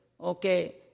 okay